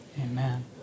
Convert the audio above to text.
Amen